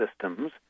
systems